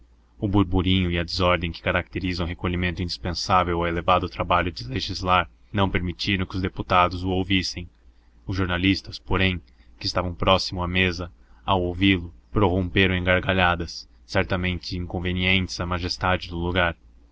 o burburinho e a desordem que caracterizam o recolhimento indispensável ao elevado trabalho de legislar não permitiram que os deputados o ouvissem os jornalistas porém que estavam próximo à mesa ao ouvi-lo prorromperam em gargalhadas certamente inconvenientes à majestade do lugar